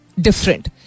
different